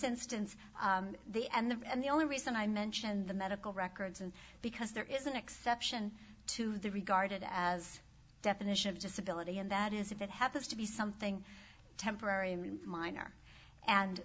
instance the and the only reason i mentioned the medical records and because there is an exception to the regarded as a definition of disability and that is if it happens to be something temporary minor and